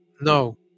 no